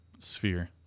sphere